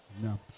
No